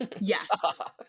yes